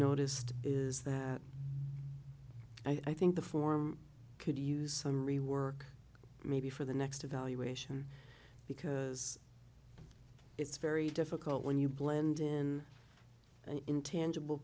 noticed is that i think the form could use some rework maybe for the next evaluation because it's very difficult when you blend in an intangible